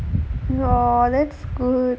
oh that's good